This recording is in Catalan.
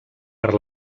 per